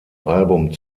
album